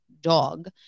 dog